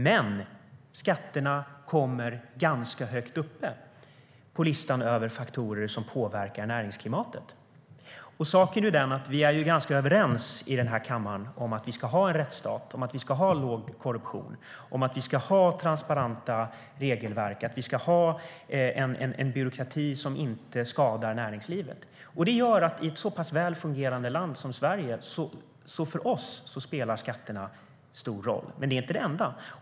Men skatterna kommer ganska högt upp på listan över faktorer som påverkar näringsklimatet. Saken är den att vi är ganska överens i den här kammaren om att vi ska ha en rättsstat, att vi ska ha låg korruption, att vi ska ha transparenta regelverk och att vi ska ha en byråkrati som inte skadar näringslivet. Det gör att i ett så pass väl fungerande land som Sverige spelar skatterna stor roll. Men det är inte det enda.